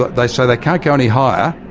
but they say they can't go any higher,